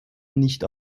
nicht